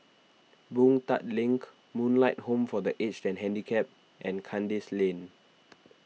Boon Tat Link Moonlight Home for the Aged and Handicapped and Kandis Lane